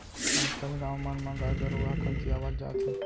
आज कल गाँव मन म गाय गरूवा ह कमतियावत जात हे